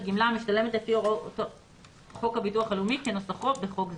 גמלה המשתלמת לפי הוראות חוק הביטוח הלאומי כנוסחו בחוק זה."